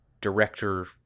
director